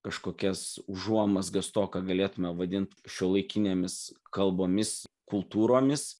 kažkokias užuomazgas to ką galėtume vadint šiuolaikinėmis kalbomis kultūromis